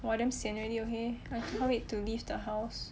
!wah! damn sian already okay I can't wait to leave the house